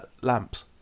lamps